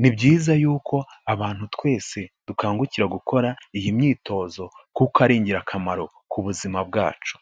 ni byiza yuko abantu twese dukangukira gukora iyi myitozo kuko ari ingirakamaro ku buzima bwacu.